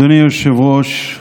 אדוני היושב-ראש,